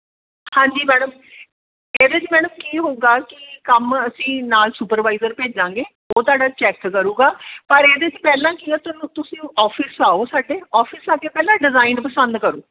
ਹਾਂਜੀ ਮੈਡਮ ਇਹਦੇ 'ਚ ਮੈਡਮ ਕੀ ਹੋਊਗਾ ਕਿ ਕੰਮ ਅਸੀਂ ਨਾਲ ਸੁਪਰਵਾਈਜ਼ਰ ਭੇਜਾਂਗੇ ਉਹ ਤੁਹਾਡਾ ਚੈੱਕ ਕਰੂਗਾ ਪਰ ਇਹਦੇ 'ਚ ਪਹਿਲਾਂ ਕੀ ਆ ਤੁਹਾਨੂੰ ਤੁਸੀਂ ਔਫਿਸ ਆਓ ਸਾਡੇ ਔਫਿਸ ਆ ਕੇ ਪਹਿਲਾਂ ਡਿਜ਼ਾਈਨ ਪਸੰਦ ਕਰੋ